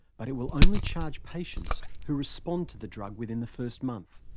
but it will only charge patients who respond to the drug within the first month.